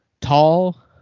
tall